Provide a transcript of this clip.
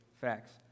facts